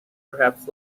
perhaps